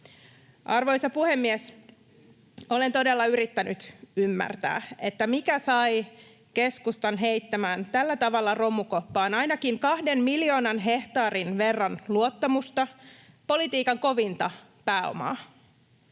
Arvoisa puhemies! Olen todella yrittänyt ymmärtää, mikä sai keskustan heittämään tällä tavalla romukoppaan ainakin kahden miljoonan hehtaarin verran luottamusta, politiikan kovinta pääomaa.